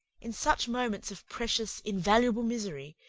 in such moments of precious, invaluable misery,